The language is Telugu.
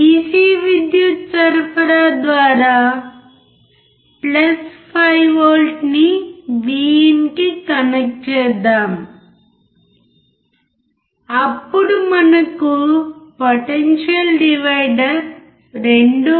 DC విద్యుత్ సరఫరా ద్వారా 5V నీ VIN కి కనెక్ట్ చేద్దాం అప్పుడు మనకు పొటెన్షియల్ డివైడర్ 2